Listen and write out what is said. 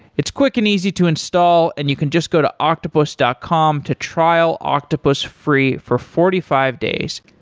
it's quick and easy to install and you can just go to octopus dot com to trial octopus free for forty five days.